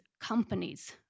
companies